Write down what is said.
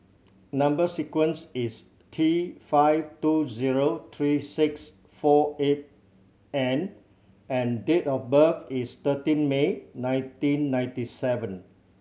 number sequence is T five two zero three six four eight N and date of birth is thirteen May nineteen ninety seven